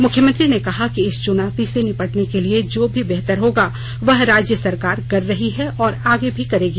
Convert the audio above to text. मुख्यमंत्री ने कहा कि इस चुनौती से निपटने के लिए जो भी बेहतर होगा वह राज्य सरकार कर रही है और आगे भी करेगी